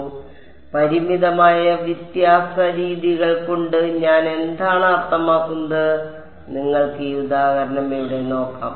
അതിനാൽ പരിമിതമായ വ്യത്യാസ രീതികൾ കൊണ്ട് ഞാൻ എന്താണ് അർത്ഥമാക്കുന്നത് നിങ്ങൾക്ക് ഈ ഉദാഹരണം ഇവിടെ നോക്കാം